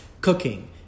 cooking